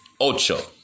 Ocho